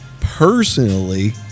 personally